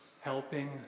helping